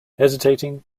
hesitating